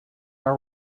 are